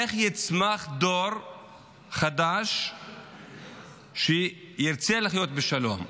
איך יצמח דור חדש שירצה לחיות בשלום?